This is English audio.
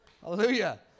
Hallelujah